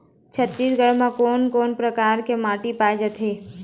छत्तीसगढ़ म कोन कौन प्रकार के माटी पाए जाथे?